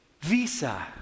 Visa